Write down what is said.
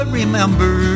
remember